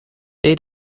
they